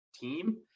team